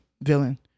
villain